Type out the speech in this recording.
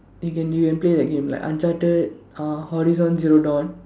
you can you can play that game like uncharted uh horizon zero dawn